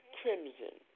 crimson